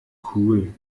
cool